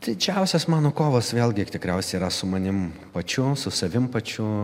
didžiausias mano kovos vėlgi tikriausiai yra su manim pačiu su savim pačiu